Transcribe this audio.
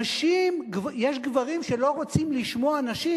נשים, יש גברים שלא רוצים לשמוע נשים.